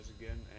again